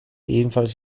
ebenfalls